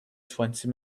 twenty